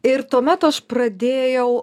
ir tuomet aš pradėjau